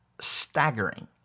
staggering